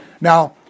Now